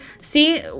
see